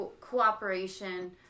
cooperation